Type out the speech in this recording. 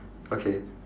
okay